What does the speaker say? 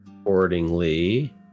accordingly